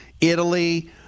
Italy